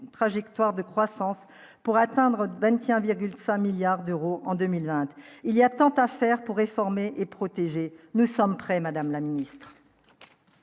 trajectoire de croissance pour atteindre ben tiens virgule 5 milliards d'euros en 2001, il y a tant à faire pour réformer et protégé, nous sommes prêts, Madame la Ministre.